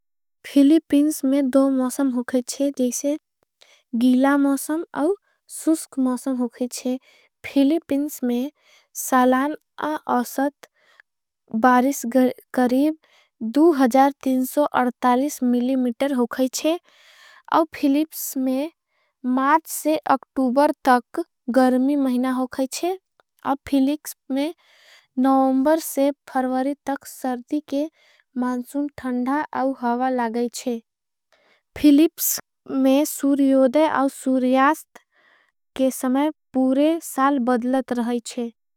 फिलिपिन्स में दो मौसम होगईच्छे जैसे गीला मौसम औँ सुष्क। मौसम होगईच्छे फिलिपिन्स में सालान आसत बारिस करीब। मिलिमेटर होगईच्छे औँ फिलिप्स में मार्च से अक्टूबर तक। गर्मी महिना होगईच्छे अब फिलिप्स में नौमबर से फर्वरी तक। सर्दी के मांसुन ठंडा आउ हवा लागईच्छे फिलिप्स में सुर्योदे। आउ सुर्यास्त के समय पूरे साल बदलत रहाईच्छे।